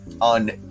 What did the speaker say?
on